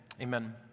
Amen